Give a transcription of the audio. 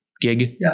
gig